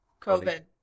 COVID